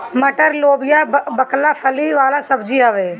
मटर, लोबिया, बकला फली वाला सब्जी हवे